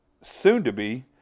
soon-to-be